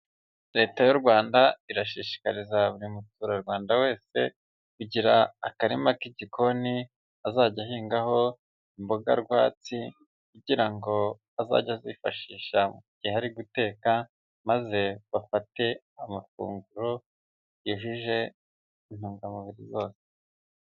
Leta y'u Rwanda irashishikariza buri muturarwanda wese, kugira akarima k'igikoni, azajya ahingaho imboga rwatsi, kugira ngo azajye azifashisha mu gihe ari guteka, maze bafate amafunguro yujuje intungamubiri zose.